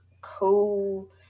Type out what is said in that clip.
cool